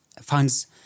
finds